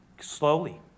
slowly